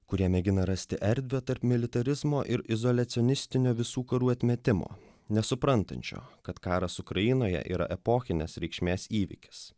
kurie mėgina rasti erdvę tarp militarizmo ir izoliuoti sionistinio visų karų atmetimo nesuprantančio kad karas ukrainoje yra epochinės reikšmės įvykis